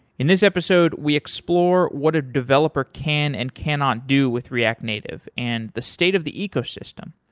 in this episode we explore what a developer can and cannot do with react native and the state of the ecosystem,